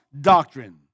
doctrine